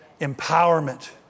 empowerment